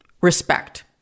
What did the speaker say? respect